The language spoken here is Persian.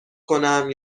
کنم